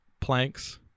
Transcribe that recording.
planks